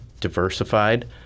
diversified